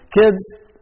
Kids